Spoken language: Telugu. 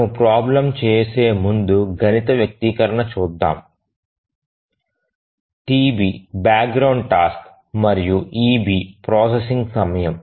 మనము ప్రాబ్లెమ్ చేసే ముందు గణిత వ్యక్తీకరణ గురించి చర్చిద్దాం TB బ్యాక్గ్రౌండ్ టాస్క్ మరియు eB ప్రాసెసింగ్ సమయం